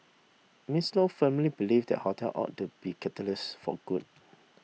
Miss Lo firmly believe that hotel ought to be catalysts for good